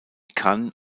kann